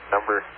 Number